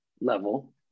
level